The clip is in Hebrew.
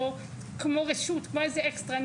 כמו רשות כמו איזה אקסטרה,